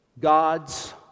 God's